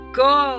go